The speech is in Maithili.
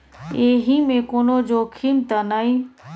एहि मे कोनो जोखिम त नय?